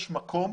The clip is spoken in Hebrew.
יש מקום